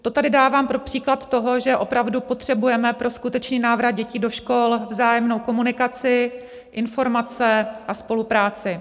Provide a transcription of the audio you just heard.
To tady dávám pro příklad toho, že opravdu potřebujeme pro skutečný návrat dětí do škol vzájemnou komunikaci, informace a spolupráci.